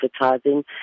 advertising